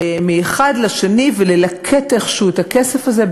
מאחד לשני, וללקט איכשהו את הכסף הזה.